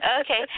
Okay